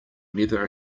never